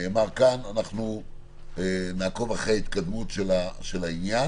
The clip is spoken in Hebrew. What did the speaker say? שנאמר כאן, נעקוב אחרי ההתקדמות של העניין.